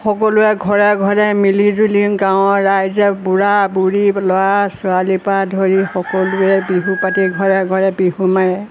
সকলোৱে ঘৰে ঘৰে মিলি জুলি গাঁৱৰ ৰাইজে বুঢ়া বুঢ়ী ল'ৰা ছোৱালীপৰা ধৰি সকলোৱে বিহু পাতি ঘৰে ঘৰে বিহু মাৰে